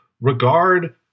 regard